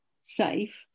safe